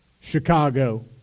Chicago